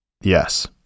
Yes